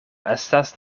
estas